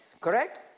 Correct